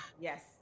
yes